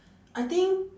I think